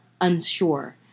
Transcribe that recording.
unsure